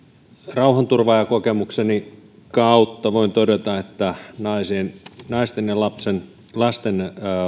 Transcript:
rauhanturvaajakokemukseni kautta voin todeta että naisten naisten ja lasten